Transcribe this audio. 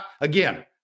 again